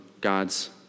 God's